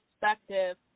perspective